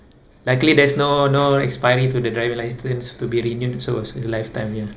luckily there's no no expiry to the driving license to be renewed so it's a lifetime ya